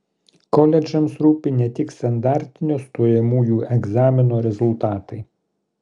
koledžams rūpi ne tik standartinio stojamųjų egzamino rezultatai